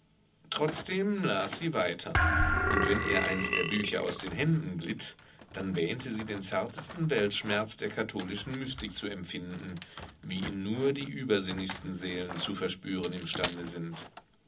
trotzdem las sie weiter und wenn ihr eins der bücher aus den händen glitt dann wähnte sie den zartesten weltschmerz der katholischen mystik zu empfinden wie ihn nur die übersinnlichsten seelen zu verspüren imstande sind